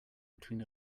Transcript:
between